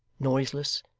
noiseless,